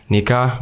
Nika